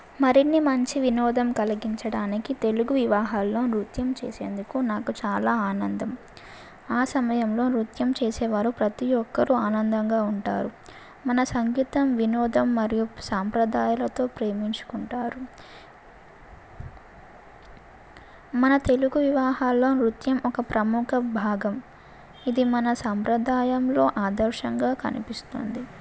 మరిన్ని మంచి వినోదం కలిగించడానికి తెలుగు వివాహాల్లో నృత్యం చేసేందుకు నాకు చాలా ఆనందం ఆ సమయంలో నృత్యం చేసేవారు ప్రతీ ఒక్కరూ ఆనందంగా ఉంటారు మన సంగీతం వినోదం మరియు సాంప్రదాయాలతో ప్రేమించుకుంటారు మన తెలుగు వివాహాల్లో నృత్యం ఒక ప్రముఖ భాగం ఇది మన సాంప్రదాయంలో ఆదర్శంగా కనిపిస్తుంది